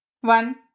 One